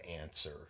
answer